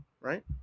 Right